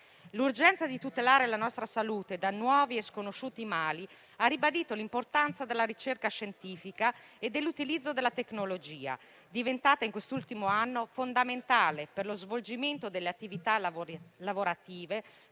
L'urgenza di tutelare la nostra salute da nuovi e sconosciuti mali ha ribadito l'importanza della ricerca scientifica e dell'utilizzo della tecnologia - diventata in quest'ultimo anno fondamentale per lo svolgimento delle attività lavorative,